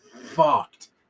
fucked